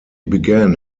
began